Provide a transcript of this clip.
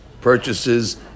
purchases